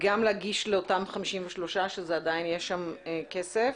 וגם להגיש לאותם 53 מיליון שעדיין יש שם כסף.